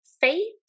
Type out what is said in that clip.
Faith